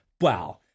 Wow